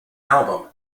album